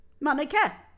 monica